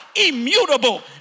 Immutable